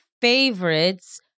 favorites